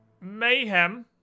mayhem